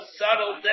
subtle